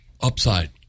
Upside